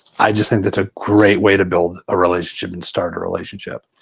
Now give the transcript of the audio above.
i just think that's a great way to build a relationship and start a relationship.